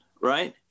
right